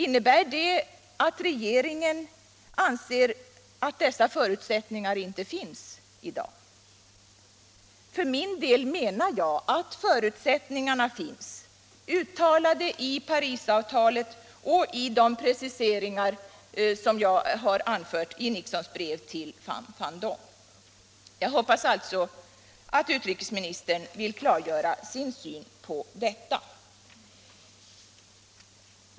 Innebär det att regeringen anser att dessa förutsättningar inte finns i dag? För min del menar jag att förutsättningarna finns, uttalade i Parisavtalet och i de preciseringar som jag har anfört ur Nixons brev till Pham Van Dong. — Jag hoppas alltså att utrikesministern vill klargöra sin syn på detta.